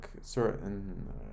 certain